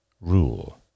rule